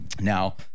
Now